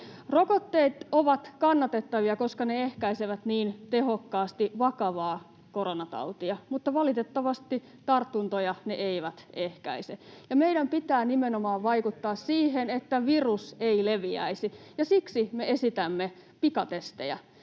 Rokotteet ovat kannatettavia, koska ne ehkäisevät niin tehokkaasti vakavaa koronatautia, mutta valitettavasti tartuntoja ne eivät ehkäise. Meidän pitää vaikuttaa nimenomaan siihen, että virus ei leviäisi, ja siksi me esitämme pikatestejä.